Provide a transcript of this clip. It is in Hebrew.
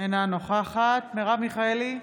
אינה נוכחת מרב מיכאלי,